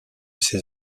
ses